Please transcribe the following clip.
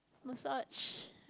massage